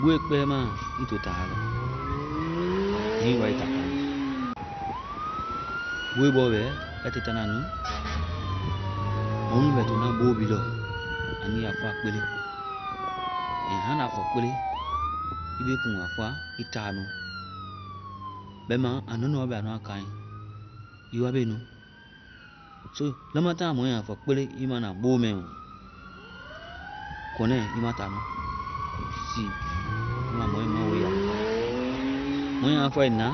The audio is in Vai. Boe kpɛ ma i to ta alɔ hiŋi i waa i táa kaŋ. Boe bɔ bɛ, ya tie táa na nu, mɔmunu bɛ tona bo bi lɔ, anu ya fɔa kpele. And anda fɔ kpele, i be kuŋda fɔa i táa nu, bɛma, anuanu wa bɛ anua kaŋɛ. Ii wa be nu. So lamataŋ mɔɛ a fɔ kpele, i ma na bo mɛɔ, kɔnɛ, i ma ta nu. Si! Bɛma mɔɛ ma wo i ya nu. Mɔɛ a fɔe na,